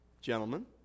Gentlemen